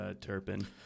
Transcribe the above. Turpin